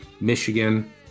Michigan